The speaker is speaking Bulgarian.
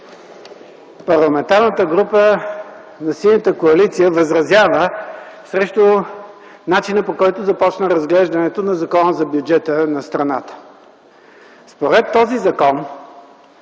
Парламентарната група на Синята коалиция възразява срещу начина, по който започна разглеждането на Закона за бюджета на страната. Според този закон